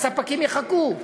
וספקים יחכו.